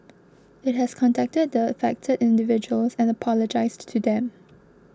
it has contacted the affected individuals and apologised to them